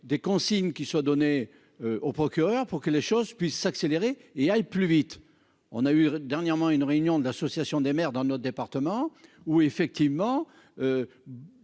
des consignes qui soit donnée au procureur pour que les choses puissent s'accélérer et aille plus vite, on a eu dernièrement une réunion de l'association des maires dans notre département où, effectivement,